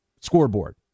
Scoreboard